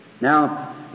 Now